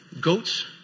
goats